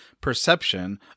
perception